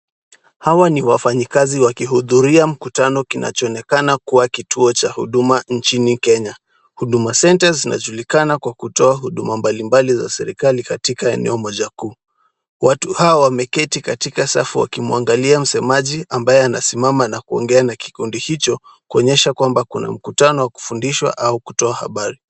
Hawa ni wafanyikazi wakihudhuria mkutano kinachoonekana kuwa kituo cha huduma nchini Kenya. Huduma centre zinajulikana kwa kutoa huduma mbalimbali za serikali katika eneo moja kuu. Watu hawa wameketi katika safu wakimwangalia msemaji ambaye anasimama na kuongea na kikundi hicho kuonyesha kwamba kuna mkutano wa kufundishwa au kutoa habari.